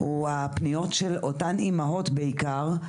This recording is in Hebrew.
הוא הפניות של אותן אימהות בעיקר,